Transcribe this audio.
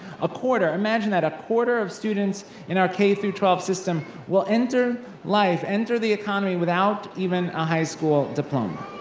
a quarter, imagine that, a quarter of students in our k through twelve system will enter life, enter the economy without even a high school diploma,